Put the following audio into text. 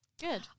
good